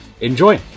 enjoy